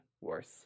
worse